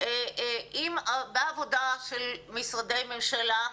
עם הרבה עבודה של משרדי ממשלה,